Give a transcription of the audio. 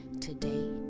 today